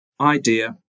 idea